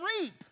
reap